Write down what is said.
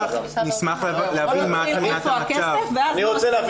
בוא נתחיל עם איפה הכסף ואז מה עושים עם הכסף.